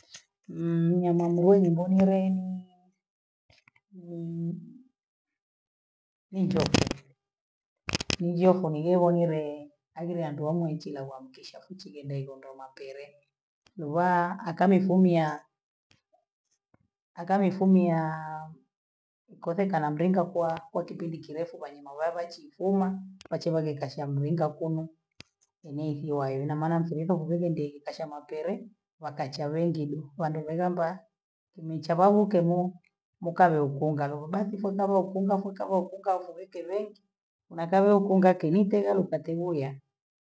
Nii nyamamburuu nimbonileni nii ni njoke nijie fumilii voniree, agre andoamo echila wamkisha huchigenda igendo makeree, ruwaa akanifumia akanifumiaaa nikosekana mlingwa kwa kwa kipindi kirefu kwenye mawavachii huma vache vagi kashambuinga kunu, inehi wayo ina maana nsireke kokovonde kasha maperee wakacha wengi wande verambwa, kimwicha vavu kenu, mkavyo ukungalo basi sukavofunga sukavofunga fuvike vyenki, unakavyofunga keniteyo upate vuya.